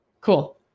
Cool